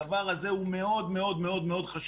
הדבר הזה הוא מאוד מאוד חשוב,